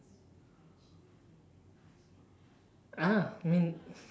ah I mean